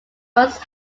most